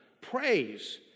praise